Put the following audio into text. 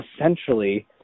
essentially